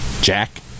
Jack